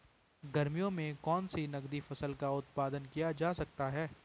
गर्मियों में कौन सी नगदी फसल का उत्पादन किया जा सकता है?